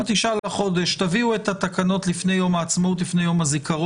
תביאו את התקנות לפני יום הזיכרון,